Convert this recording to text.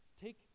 take